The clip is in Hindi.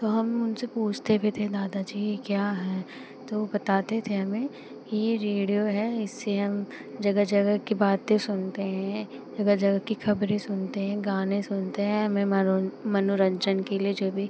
तो हम उनसे पूछते भी थे दादा जी यह क्या है तो वे बताते थे हमें कि यह रेडियो है इससे हम जगह जगह की बातें सुनते हैं जगह जगह की ख़बरें सुनते हैं गाने सुनते हैं हमें मनोरंजन के लिए जो भी